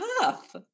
tough